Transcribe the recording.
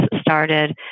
started